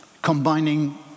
Combining